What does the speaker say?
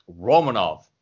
Romanov